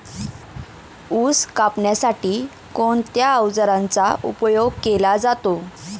ऊस कापण्यासाठी कोणत्या अवजारांचा उपयोग केला जातो?